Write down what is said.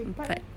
empat